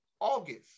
August